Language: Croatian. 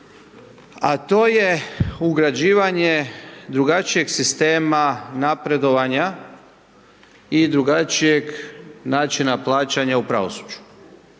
a to je ugrađivanje drugačijeg sistema napredovanja i drugačijeg načina plaćanja u pravosuđu.